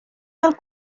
del